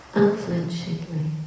unflinchingly